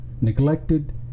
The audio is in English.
neglected